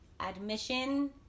admission